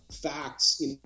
facts